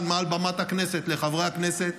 אני פונה כאן מעל במת הכנסת לחברי הכנסת,